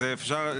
אפשר,